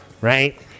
right